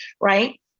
right